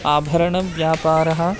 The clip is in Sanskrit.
आभरणव्यापारः